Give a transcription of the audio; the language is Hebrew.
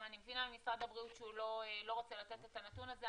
אני גם מבינה ממשרד הבריאות שהוא לא רוצה לתת את הנתון הזה,